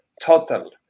total